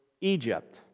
Egypt